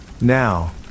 Now